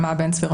נעמה בן צבי,